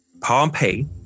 Pompeii